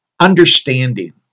understanding